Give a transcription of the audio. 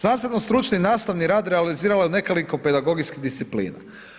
Znanstveno stručni nastavni rad realizirala je u nekoliko pedagogijskih disciplina.